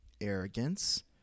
arrogance